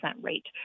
rate